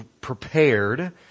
prepared